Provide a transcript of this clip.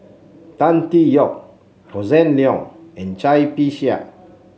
Tan Tee Yoke Hossan Leong and Cai Bixia